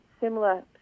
similar